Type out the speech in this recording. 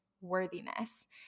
worthiness